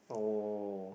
oh